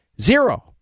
zero